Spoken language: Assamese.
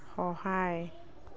সহায়